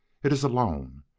it is alone.